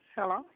Hello